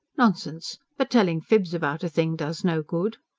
nonsense. but telling fibs about a thing does no good.